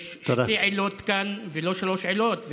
יש שתי עילות כאן ולא שלוש עילות,